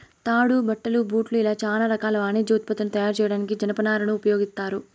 తాడు, బట్టలు, బూట్లు ఇలా చానా రకాల వాణిజ్య ఉత్పత్తులను తయారు చేయడానికి జనపనారను ఉపయోగిత్తారు